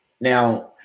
Now